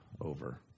over